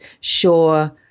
sure